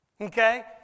Okay